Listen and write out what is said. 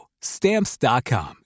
Stamps.com